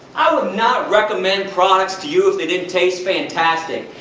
i would not recommend products to you if they didn't taste fantastic.